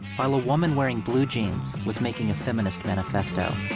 while a woman wearing blue jeans was making a feminist manifesto.